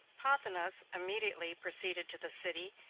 pothinus immediately proceeded to the city,